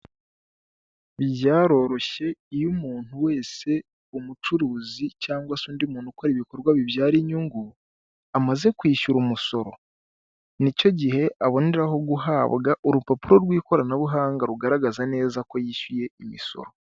Byaroroshye iyo umuntu wese umucuruzi, cyangwa se undi muntu ukora ibikorwa bibyara inyungu, amaze kwishyura umusoro nicyo gihe aboneraho guhabwa urupapuro, rw'ikoranabuhanga rugaragaza neza ko yishyuye imisoro.